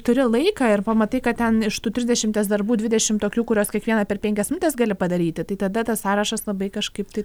turi laiką ir pamatai kad ten iš tų trisdešimties darbų dvidešim tokių kuriuos kiekvieną per penkias minutes gali padaryti tai tada tas sąrašas labai kažkaip tai